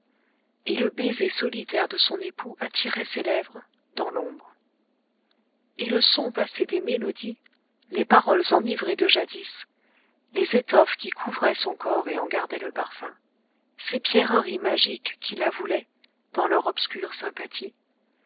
et le baiser solitaire de son époux attirait ses lèvres dans l'ombre et le son passé des mélodies les paroles enivrées de jadis les étoffes qui couvraient son corps et en gardaient le parfum ces pierreries magiques qui la voulaient dans leur obscure sympathie